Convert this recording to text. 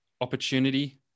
opportunity